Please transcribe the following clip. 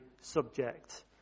subject